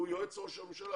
הוא היום יועץ ראש הממשלה.